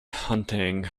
hunting